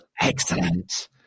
Excellent